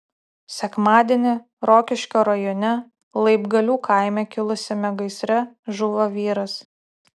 sekmadienį rokiškio rajone laibgalių kaime kilusiame gaisre žuvo vyras